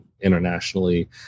internationally